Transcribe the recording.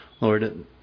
Lord